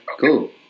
cool